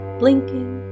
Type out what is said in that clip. blinking